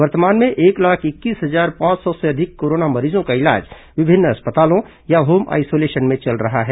वर्तमान में एक लाख इक्कीस हजार पांच सौ से अधिक कोरोना मरीजों का इलाज विभिन्न अस्पतालों या होम आइसोलेशन में चल रहा है